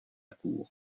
cour